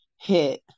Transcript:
hit